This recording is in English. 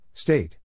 State